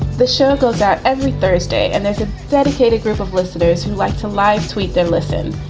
the show goes out every thursday and there's a dedicated group of listeners who like to live, tweet their listen.